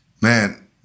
man